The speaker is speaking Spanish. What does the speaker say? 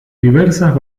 diversas